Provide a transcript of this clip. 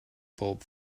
bulb